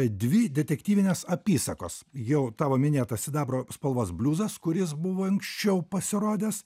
dvi detektyvinės apysakos jau tavo minėtas sidabro spalvos bliuzas kuris buvo anksčiau pasirodęs